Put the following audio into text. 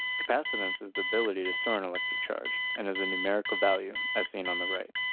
capacitance is the ability to store an electric charge and has a numerical value, as seen on the right.